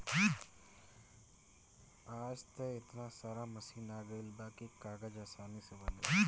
आज त एतना सारा मशीन आ गइल बा की कागज आसानी से बन जाला